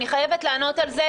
אני חייבת לענות על זה,